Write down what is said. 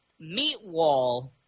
Meatwall